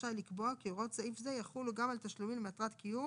רשאי לקבוע כי הוראות סעיף זה יחולו גם על תשלומים למטרת קיום